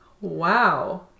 Wow